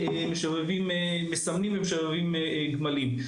מסמנים ומשבבים גמלים.